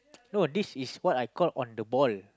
no this is what I call on the ball